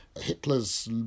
Hitler's